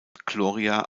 gloria